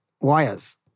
Wires